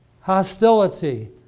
Hostility